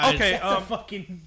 Okay